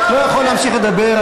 לא יכול להמשיך לדבר.